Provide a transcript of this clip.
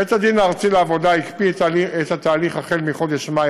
בית-הדין הארצי לעבודה הקפיא את התהליך החל בחודש מאי